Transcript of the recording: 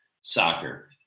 soccer